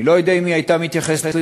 אני לא יודע אם היא הייתה מתייחסת לזה